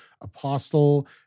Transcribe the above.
apostle